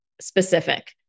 specific